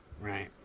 Right